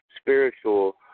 spiritual